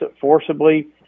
forcibly